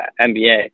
NBA